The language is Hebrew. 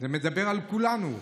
מדבר על כולנו.